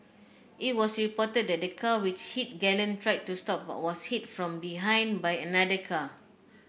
it was reported that the car which hit Galen tried to stop but was hit from behind by another car